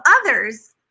others